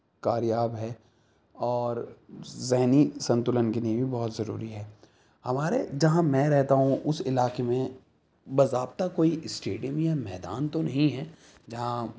کاریاب ہے اور ذہنی سنتولن کے لیے بھی بہت ضروری ہے ہمارے جہاں میں رہتا ہوں اس علاقے میں باضابطہ کوئی اسٹیڈیم یا میدان تو نہیں ہے جہاں